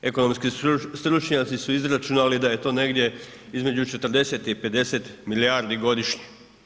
Ekonomski stručnjaci su izračunali da je to negdje između 40 i 50 milijardi godišnje.